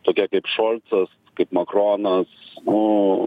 tokie kaip šolcas kaip makronas nu